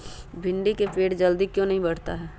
भिंडी का पेड़ जल्दी क्यों नहीं बढ़ता हैं?